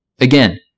Again